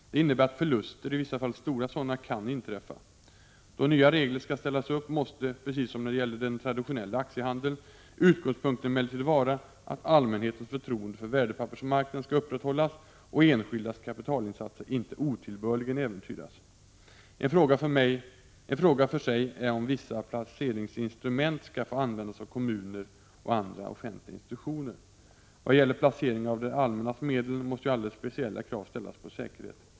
Det innebär att förluster, i vissa fall stora sådana, kan inträffa. Då nya regler skall ställas upp måste, precis som när det gäller den traditionella aktiehandeln, utgångspunkten emellertid vara att allmänhetens förtroende för värdepappersmarknaden skall upprätthållas och att enskildas kapitalinsatser inte otillbörligen äventyras. En fråga för sig är om vissa placeringsinstrument skall få användas av kommuner och andra offentliga institutioner. Vad gäller placeringar av det allmännas medel måste ju alldeles speciella krav ställas på säkerhet.